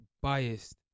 biased